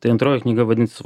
tai antroji knyga vadinasi